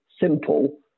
simple